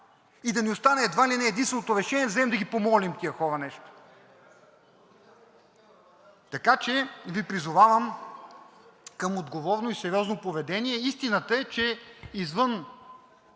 и да ни остане едва ли не единственото решение да вземем да ги помолим тези хора нещо. Така че Ви призовавам към отговорно и сериозно поведение. Истината е, че извън